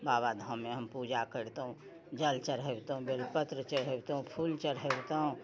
बाबाधाममे हम पूजा करितहुँ जल चढ़ैबितहुँ बेल पत्र चढ़ैबितहुँ फूल चढ़ैबितहुँ